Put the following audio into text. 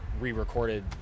re-recorded